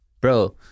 Bro